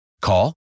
Call